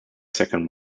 second